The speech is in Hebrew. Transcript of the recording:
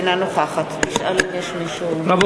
אינה נוכחת רבותי,